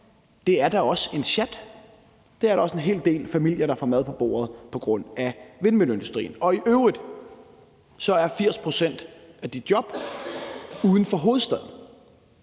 Det er da også en sjat. Det er da også en hel del familier, der får mad på bordet på grund af vindmølleindustrien. I øvrigt er 80 pct. af de job uden for hovedstaden.